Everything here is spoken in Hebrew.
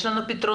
יש לנו פתרונות,